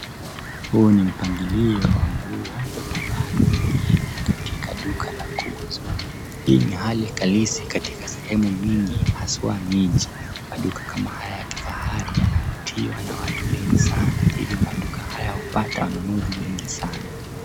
Huu ni mpangilio wa nguo ama vazi mengine katika duka la kuuzwa. Hii ni hali halizi katika sehemu mingi haswa miji. Maduka kama haya ya kifahari yanavutiwa na watu wengi sana, hivyo maduka haya upata wanunuzi wengi sana.